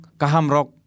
kahamrok